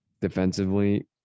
Defensively